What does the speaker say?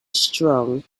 strong